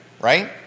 right